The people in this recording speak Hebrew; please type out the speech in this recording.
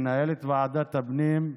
מנהלת ועדת הפנים,